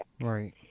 Right